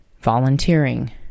volunteering